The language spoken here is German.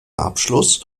abschluss